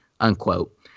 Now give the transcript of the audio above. unquote